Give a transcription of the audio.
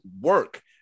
work